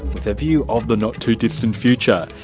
with a view of the not-too-distant future.